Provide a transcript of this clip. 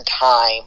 time